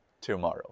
tomorrow